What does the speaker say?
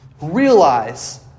realize